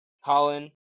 Holland